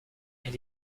elle